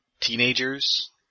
teenagers